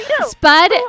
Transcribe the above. Spud